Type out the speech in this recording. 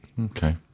Okay